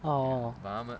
oh